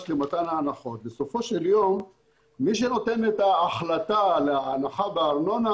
בסופו של יום מי שנותן את ההחלטה על ההנחה בארנונה